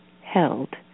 held